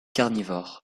carnivore